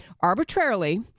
arbitrarily